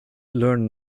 learn